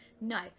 No